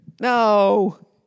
No